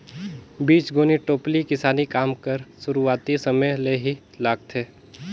बीजगोनी टोपली किसानी काम कर सुरूवाती समे ले ही लागथे